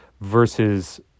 versus